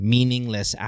Meaningless